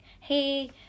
hey